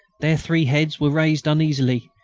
their three heads were raised uneasily,